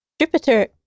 Jupiter